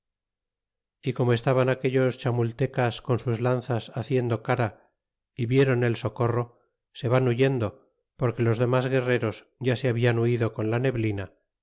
y como estaban aquellos chamoltec as pon sus lanzas haciendo cara y vieron el socorro se van huyendo porque los demos guerreros ya ge hablar huido con la neblina